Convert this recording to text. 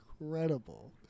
incredible